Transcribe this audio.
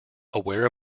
aware